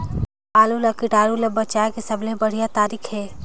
आलू ला कीटाणु ले बचाय के सबले बढ़िया तारीक हे?